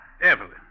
Evelyn